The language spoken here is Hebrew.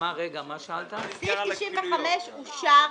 סעיף 95 אושר,